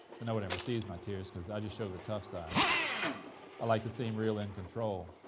but no one ever sees my tears cause i just show the tough side. i like to seem real in control,